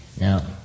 Now